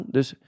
Dus